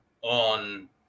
on